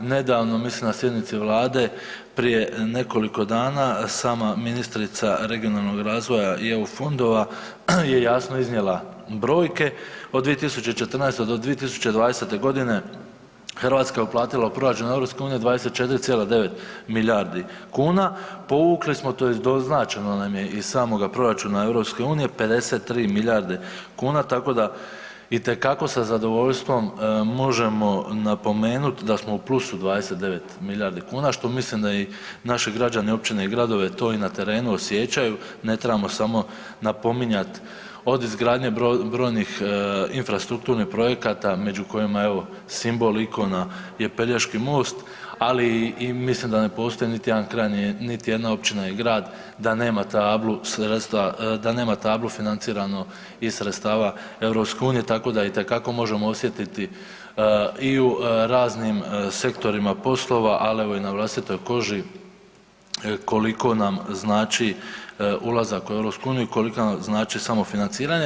Nedavno mislim na sjednici Vlade prije nekoliko dana sama ministrica regionalnog razvoja i eu fondova je jasno iznijela brojke, od 2014.-2020.g. Hrvatska je uplatila u proračun EU 24,9 milijardi kuna, povukli smo tj. doznačeno nam je iz samoga proračuna EU 53 milijarde kuna tako da itekako sa zadovoljstvom možemo napomenut da smo u plusu 29 milijardi kuna što mislim da naši građani, općine i gradovi to i na terenu osjećaju, ne trebamo samo napominjati od izgradnje brojnih infrastrukturnih projekata među kojima je simbol ikona je Pelješki most, ali i mislim da ne postoji niti jedan kraj niti jedna općina i grad da nema tablu financirano iz sredstava EU, tako da itekako možemo osjetiti i u raznim sektorima poslova, ali evo i na vlastitoj koži koliko nam znači ulazak u EU i koliko nam znači samo financiranje.